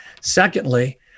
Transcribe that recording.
Secondly